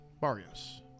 Barrios